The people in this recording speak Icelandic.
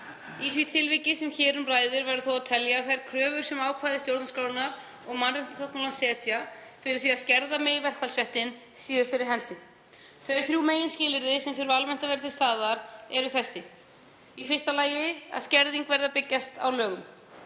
Í því tilviki sem hér um ræðir verður þó að telja að þær kröfur sem ákvæði stjórnarskrárinnar og mannréttindasáttmálans setja fyrir því að skerða megi verkfallsréttinn séu fyrir hendi. Þau þrjú meginskilyrði sem þurfa almennt að vera til staðar eru þessi: Í fyrsta lagi að skerðing verður að byggjast á lögum.